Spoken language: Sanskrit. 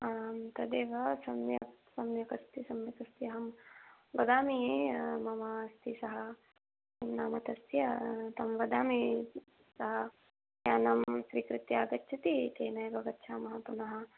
आं तदेव सम्यक् सम्यक् अस्ति सम्यक् अस्ति अहं वदामि मम अस्ति सः नाम तस्य तं वदामि सः यानं स्वीकृत्य आगच्छति तेन एव गच्छामः पुनः